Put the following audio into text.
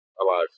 alive